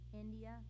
India